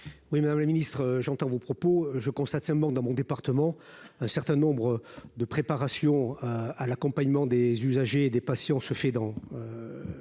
Oui, Madame la Ministre, j'entends vos propos, je constate simplement, dans mon département, un certain nombre de préparation à l'accompagnement des usagers et des patients se fait dans